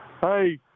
Hey